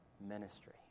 ministry